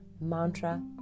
mantra